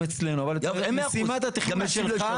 שאפשר לצאת מהערים הגדולות,